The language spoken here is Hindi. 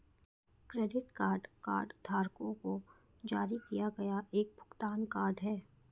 क्रेडिट कार्ड कार्डधारकों को जारी किया गया एक भुगतान कार्ड है